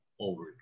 over